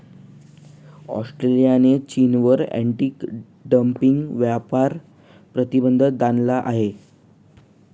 ऑस्ट्रेलियाने चीनवर anti dumping व्यापार प्रतिबंध लादला आहे